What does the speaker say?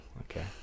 okay